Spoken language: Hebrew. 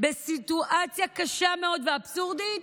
בסיטואציה קשה מאוד ואבסורדית,